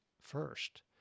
first